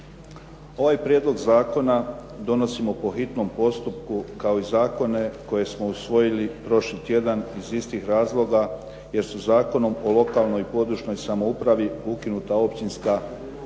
Ovaj prijedlog zakona donosimo po hitnom postupku kao i zakone koje smo usvojili prošli tjedan iz istih razloga, jer su Zakonom o lokalnoj i područnoj samoupravi ukinuta općinska i